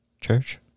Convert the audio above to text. church